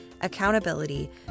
accountability